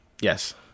Yes